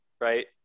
right